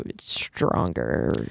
stronger